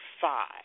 five